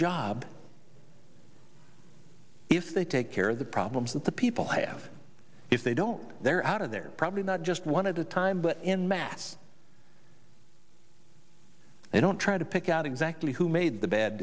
job if they take care of the problems that the people have if they don't they're out of there probably not just one of the time but in mass they don't try to pick out exactly who made the bad